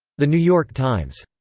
the new york times.